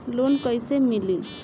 Loan कइसे मिली?